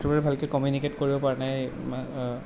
ছাত্ৰবোৰে ভালকৈ কমিনিউকেট কৰিব পৰা নাই মা